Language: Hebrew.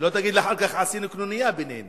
ושלא תגיד לי אחר כך שעשינו קנוניה בינינו.